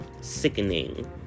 Sickening